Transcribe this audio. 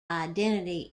identity